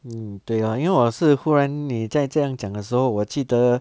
mm 对 lor 因为我是忽然你在这样讲的时候我记得